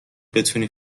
بتونی